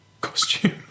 costume